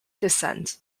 descent